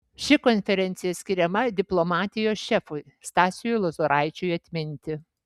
ši konferencija skiriama diplomatijos šefui stasiui lozoraičiui atminti